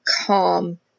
calm